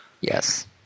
Yes